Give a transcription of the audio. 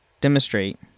demonstrate